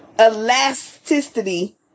elasticity